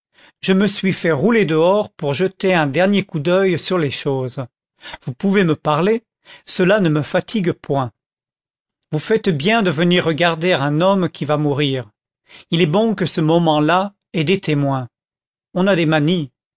je me suis fait rouler dehors pour jeter un dernier coup d'oeil sur les choses vous pouvez me parler cela ne me fatigue point vous faites bien de venir regarder un homme qui va mourir il est bon que ce moment-là ait des témoins on a des manies